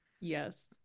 Yes